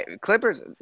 Clippers